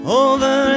over